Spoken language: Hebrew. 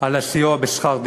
על הסיוע בשכר דירה,